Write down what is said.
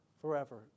forever